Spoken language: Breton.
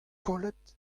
kollet